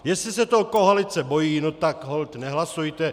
Jestli se toho koalice bojí, no tak holt nehlasujte.